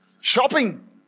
Shopping